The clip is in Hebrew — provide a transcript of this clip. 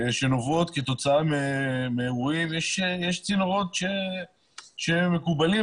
שנובעות כתוצאה מאירועים יש צינורות שהם מקובלים,